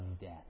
death